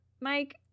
Mike